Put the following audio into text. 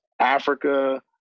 Africa